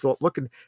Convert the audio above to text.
looking